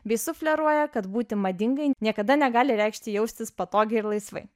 bei sufleruoja kad būti madingai niekada negali reikšti jaustis patogiai ir laisvai